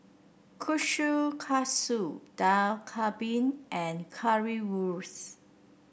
Kushikatsu Dak Galbi and Currywurst